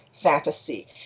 fantasy